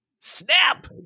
Snap